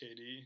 KD